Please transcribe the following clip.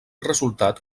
resultat